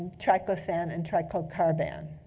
triclosan and triclocarban.